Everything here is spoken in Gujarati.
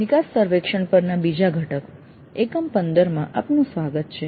નિકાસ સર્વેક્ષણ પરના બીજા ઘટક એકમ 15 માં આપનું સ્વાગત છે